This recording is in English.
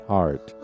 Heart